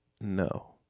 No